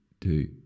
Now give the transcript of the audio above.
two